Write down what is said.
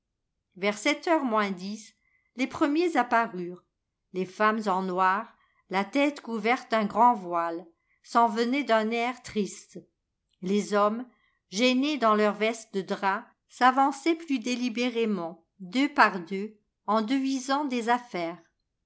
vers sept heures moins dix les premiers apparurent les femmes en noir la tête couverte d'un grand voile s'en venaient d'un air triste les hommes gênés dans leurs vestes de drap s'avançaient plus délibérément deux par deux en devisant des affaires